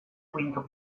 quinto